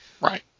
Right